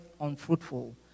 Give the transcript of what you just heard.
unfruitful